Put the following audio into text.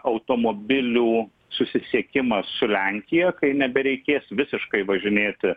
automobilių susisiekimas su lenkija kai nebereikės visiškai važinėti